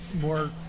more